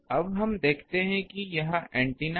अब हम देखते हैं कि यह एंटीना है